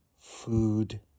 food